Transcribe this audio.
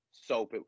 soap